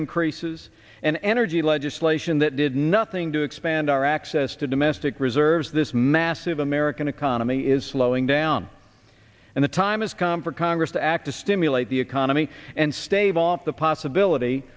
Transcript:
increases and energy legislation that did nothing to expand our access to domestic reserves this massive american economy is slowing down and the time has come for congress to act to stimulate the economy and stave off the possibility